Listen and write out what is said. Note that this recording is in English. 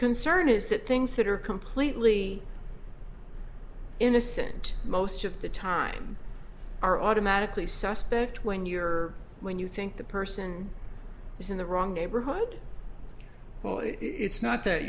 concern is that things that are completely innocent most of the time are automatically suspect when you're when you think the person is in the wrong neighborhood well it's not that